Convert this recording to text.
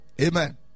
Amen